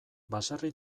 baserri